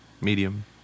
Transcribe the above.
Medium